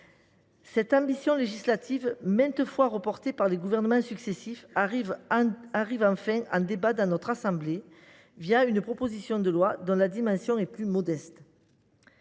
Cette ambition législative, maintes fois reportée par les gouvernements successifs, arrive enfin en débat dans notre assemblée, une proposition de loi dont la dimension est plus modeste.